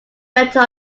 better